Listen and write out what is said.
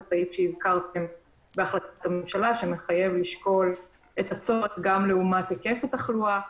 הסעיף בהחלטת הממשלה שמחייב לשקול את הצורך גם לעומת היקף התחלואה.